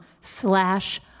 slash